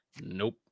Nope